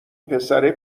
پسره